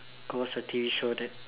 go watch a T_V show that